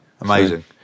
Amazing